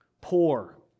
poor